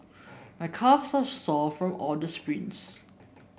my calves are sore from all the sprints